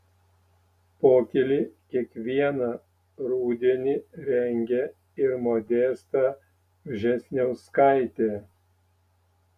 pokylį kiekvieną rudenį rengia ir modesta vžesniauskaitė